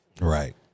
Right